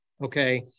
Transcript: Okay